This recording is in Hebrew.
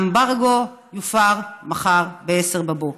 האמברגו יופר מחר ב-10:00.